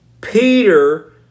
Peter